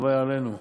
הלוואי עלינו.